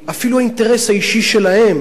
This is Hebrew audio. אפילו האינטרס האישי שלהם,